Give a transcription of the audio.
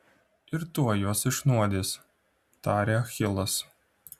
ir tuoj juos išnuodys tarė achilas